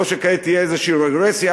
או שכעת תהיה איזושהי רגרסיה.